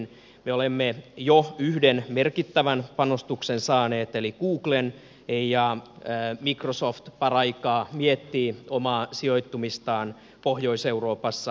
me olemme jo yhden merkittävän panostuksen saaneet eli googlen ja microsoft paraikaa miettii omaa sijoittumistaan pohjois euroopassa